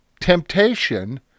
temptation